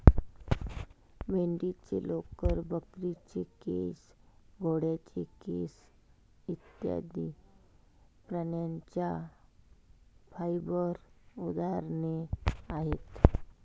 मेंढीचे लोकर, बकरीचे केस, घोड्याचे केस इत्यादि प्राण्यांच्या फाइबर उदाहरणे आहेत